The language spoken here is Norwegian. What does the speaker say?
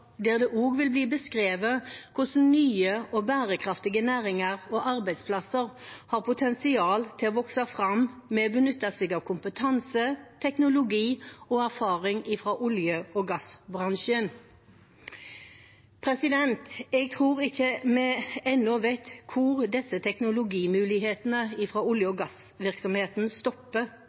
der det også vil bli beskrevet hvordan nye og bærekraftige næringer og arbeidsplasser har potensial til å vokse fram ved å benytte seg av kompetanse, teknologi og erfaring fra olje- og gassbransjen. Jeg tror ikke vi ennå vet hvor teknologimulighetene fra olje- og gassvirksomheten stopper,